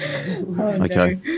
Okay